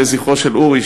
לזכרו של אורי,